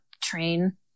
train